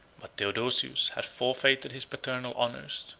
but theodosius has forfeited his paternal honors,